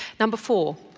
number four.